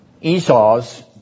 Esau's